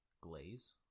glaze